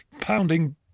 pounding